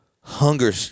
Hunger